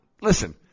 listen